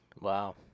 Wow